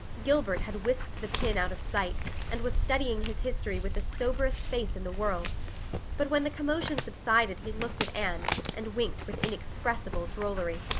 gilbert had whisked the pin out of sight and was studying his history with the soberest face in the world but when the commotion subsided he looked at anne and winked with inexpressible drollery.